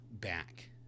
back